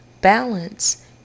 balance